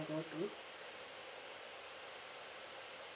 go to